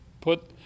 put